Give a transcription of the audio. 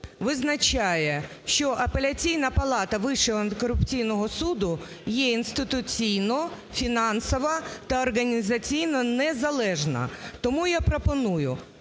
визначає, що Апеляційна палата Вищого антикорупційного суду є інституційно, фінансово та організаційно незалежна. Тому я пропоную,